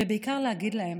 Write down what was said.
ובעיקר להגיד להם,